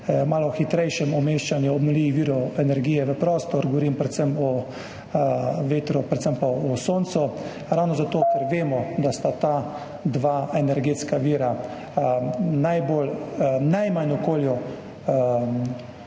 malo hitrejšem umeščanju obnovljivih virov energije v prostor, govorim o vetru, predvsem pa o soncu, ravno zato ker vemo, da sta ta dva energetska vira najmanj okolju